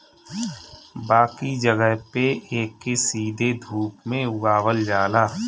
बाकी जगह पे एके सीधे धूप में उगावल जाला